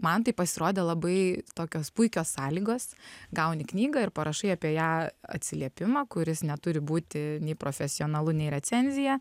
man tai pasirodė labai tokios puikios sąlygos gauni knygą ir parašai apie ją atsiliepimą kuris neturi būti nei profesionalu nei recenzija